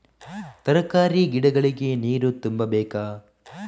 ತರಕಾರಿ ಗಿಡಗಳಿಗೆ ನೀರು ತುಂಬಬೇಕಾ?